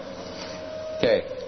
Okay